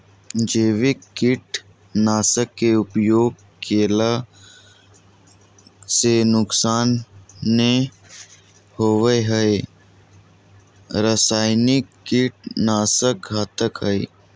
जैविक कीट नाशक के उपयोग कैला से नुकसान नै होवई हई रसायनिक कीट नाशक घातक हई